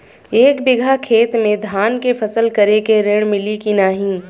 एक बिघा खेत मे धान के फसल करे के ऋण मिली की नाही?